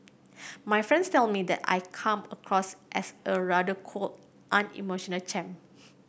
my friends tell me that I come across as a rather cold unemotional chap